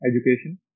education